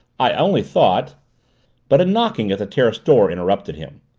i only thought but a knocking at the terrace door interrupted him.